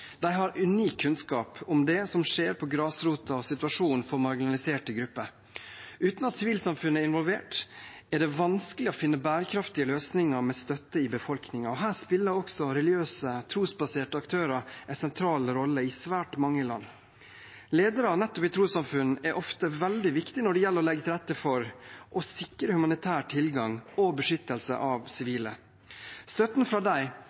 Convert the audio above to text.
De har unik kunnskap om det som skjer på grasrota og situasjonen for marginaliserte grupper. Uten at sivilsamfunnet er involvert, er det vanskelig å finne bærekraftige løsninger med støtte i befolkningen. Her spiller også religiøse, trosbaserte aktører en sentral rolle i svært mange land. Ledere nettopp i trossamfunn er ofte veldig viktige når det gjelder å legge til rette for å sikre humanitær tilgang og beskyttelse av sivile. Støtten fra